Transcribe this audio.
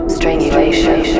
Strangulation